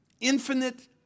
infinite